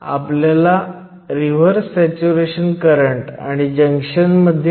तर हे minority carriers diffusion आहे ज्यामुळे मूलत pn जंक्शनमध्ये करंट वाहतो